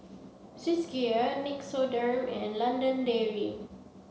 Swissgear Nixoderm and London Dairy